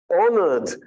honored